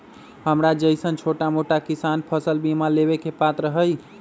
हमरा जैईसन छोटा मोटा किसान फसल बीमा लेबे के पात्र हई?